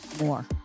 More